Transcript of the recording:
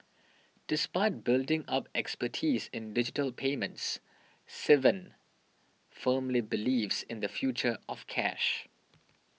despite building up expertise in digital payments Sivan firmly believes in the future of cash